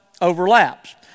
overlaps